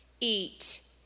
eat